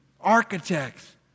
architects